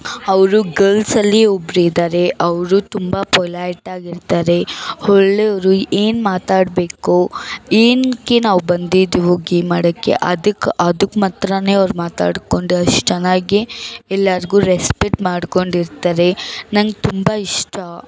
ಅವರು ಗರ್ಲ್ಸ್ ಅಲ್ಲಿ ಒಬ್ಬರಿದ್ದಾರೆ ಅವರು ತುಂಬ ಪೊಲೈಟ್ ಆಗಿರ್ತಾರೆ ಒಳ್ಳೆಯವ್ರು ಏನು ಮಾತಾಡಬೇಕು ಏನಕ್ಕೆ ನಾವು ಬಂದಿದ್ದು ಗೇಮ್ ಆಡೋಕ್ಕೆ ಅದಕ್ ಅದಕ್ ಮಾತ್ರ ಅವರು ಮಾತಾಡ್ಕೊಂಡು ಅಷ್ಟು ಚೆನ್ನಾಗಿ ಎಲ್ಲರಿಗು ರೆಸ್ಪೆಟ್ ಮಾಡ್ಕೊಂಡು ಇರ್ತಾರೆ ನಂಗೆ ತುಂಬ ಇಷ್ಟ